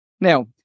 Now